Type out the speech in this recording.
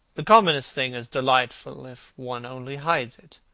the commonest thing is delightful if one only hides it.